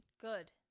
Good